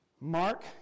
Mark